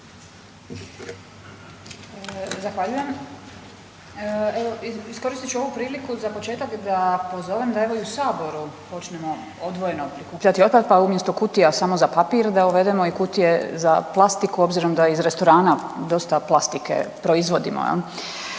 Zahvaljujem. Evo iskoristit ću ovu priliku za početak da pozovem da evo u saboru počnemo odvojeno prikupljati otpad pa umjesto kutija samo za papir da uvedemo i kutije za plastiku obzirom da iz restorana dosta plastike proizvodimo